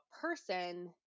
person